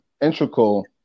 integral